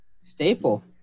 staple